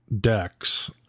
decks